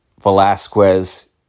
Velasquez